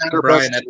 Brian